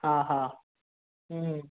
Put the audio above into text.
हा हा